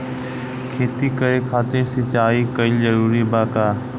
खेती करे खातिर सिंचाई कइल जरूरी बा का?